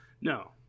No